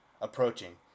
approaching